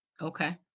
okay